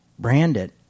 Brandit